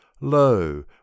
Lo